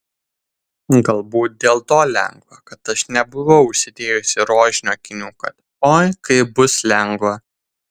galbūt dėl to lengva kad aš nebuvau užsidėjusi rožinių akinių kad oi kaip bus lengva